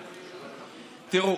תראו,